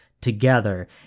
together